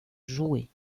jouée